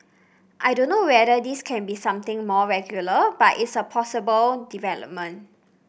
I don't know whether this can be something more regular but it's a possible development